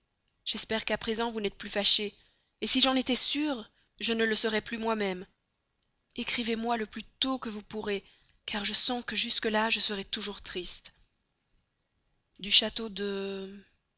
j'espère qu'à présent vous n'êtes plus fâché si j'en étais sûre je ne le serais plus moi-même écrivez-moi le plus tôt que vous pourrez car je sens que jusque-là je serai toujours triste de